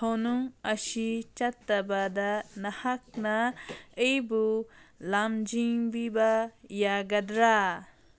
ꯊꯣꯅꯨꯡ ꯑꯁꯤ ꯆꯠꯇꯕꯗ ꯅꯍꯥꯛꯅ ꯑꯩꯕꯨ ꯂꯝꯖꯤꯡꯕꯤꯕ ꯌꯥꯒꯗ꯭ꯔꯥ